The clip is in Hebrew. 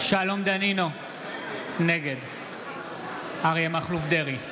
נגד אריה מכלוף דרעי,